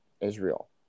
Israel